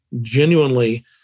genuinely